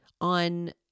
on